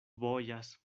bojas